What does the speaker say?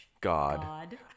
God